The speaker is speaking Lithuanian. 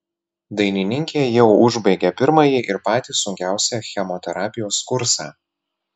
dainininkė jau užbaigė pirmąjį ir patį sunkiausią chemoterapijos kursą